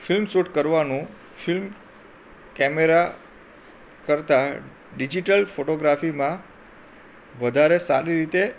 film shoot કરવાનું film camera કરતાં digital ફોટોગ્રાફીમાં વધારે સારી રીતે